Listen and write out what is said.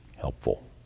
helpful